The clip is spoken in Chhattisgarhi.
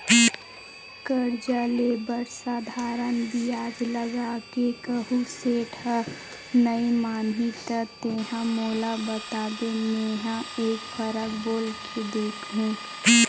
करजा ले बर साधारन बियाज लगा के कहूँ सेठ ह नइ मानही त तेंहा मोला बताबे मेंहा एक फरक बोल के देखहूं